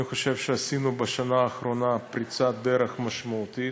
אני חושב שעשינו בשנה האחרונה פריצת דרך משמעותית.